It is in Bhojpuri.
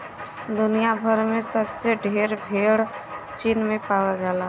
दुनिया भर में सबसे ढेर भेड़ चीन में पावल जाला